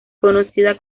conocida